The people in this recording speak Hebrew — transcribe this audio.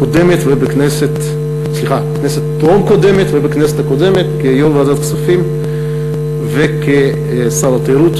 בכנסת טרום הקודמת ובכנסת הקודמת כיו"ר ועדת כספים וכשר התיירות.